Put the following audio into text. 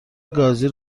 گازی